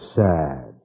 sad